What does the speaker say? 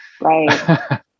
Right